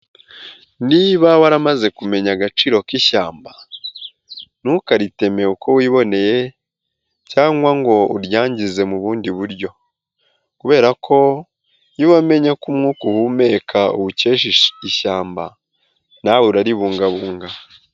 Niba waramaze kumenya agaciro k'ishyamba ntukariteme uko wiboneye cyangwa ngo uryangize mu bundi buryo. Kubera ko iyo wamenya ko umwuka uhumeka uwukesha ishyamba nawe uraribungabunga.